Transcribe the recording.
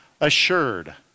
assured